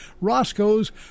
Roscoe's